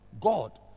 God